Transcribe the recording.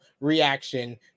reaction